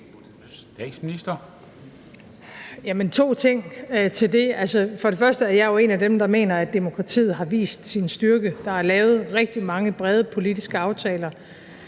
Frederiksen): To ting til det: For det første er jeg jo en af dem, der mener, at demokratiet har vist sin styrke. Der er lavet rigtig mange brede politiske aftaler.